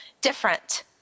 different